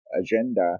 agenda